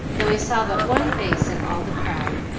though he saw but one face in all the crowd,